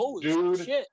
dude